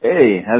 Hey